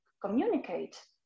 communicate